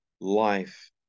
life